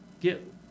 get